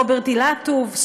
רוברט אילטוב,